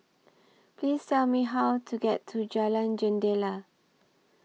Please Tell Me How to get to Jalan Jendela